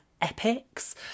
epics